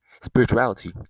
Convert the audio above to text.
spirituality